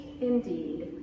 indeed